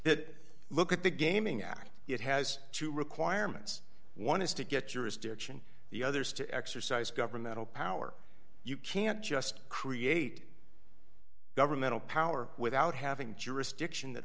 that look at the gaming act it has two requirements one is to get your is diction the other is to exercise governmental power you can't just create governmental power without having jurisdiction that